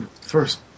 First